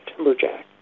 Timberjack